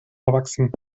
erwachsen